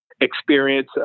experience